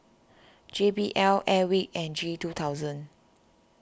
J B L Airwick and G two thousand